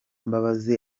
mbabazi